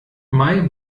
mai